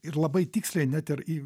ir labai tiksliai net ir įv